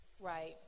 Right